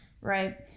Right